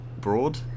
broad